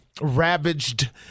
ravaged